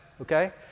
okay